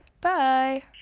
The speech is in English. Bye